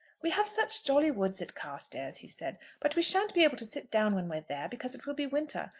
we have such jolly woods at carstairs, he said but we shan't be able to sit down when we're there, because it will be winter.